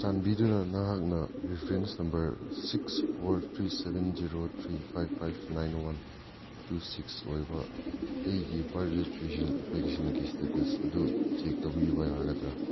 ꯆꯥꯟꯕꯤꯗꯨꯅ ꯅꯍꯥꯛꯅ reference number six four three seven zero three five five nine one two six ꯑꯣꯏꯕ ꯑꯩꯒꯤ Bharat registration ꯑꯦꯄ꯭ꯂꯤꯀꯦꯁꯟꯒꯤ ꯏꯁꯇꯦꯇꯁ ꯑꯗꯨ ꯆꯦꯛ ꯇꯧꯕꯤꯕ ꯌꯥꯒꯗ꯭ꯔ